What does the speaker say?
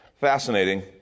fascinating